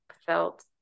felt